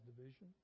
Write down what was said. division